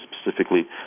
specifically